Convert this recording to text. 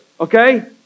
okay